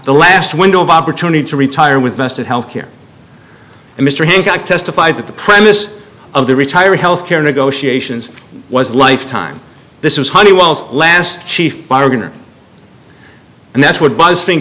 the last window of opportunity to retire with best of health care mr hancock testified that the premise of the retiree health care negotiations was lifetime this was honeywell's last chief bargain and that's what bu